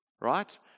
right